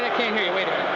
can't hear you. wait a